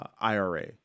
IRA